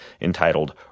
entitled